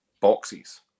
boxes